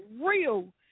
real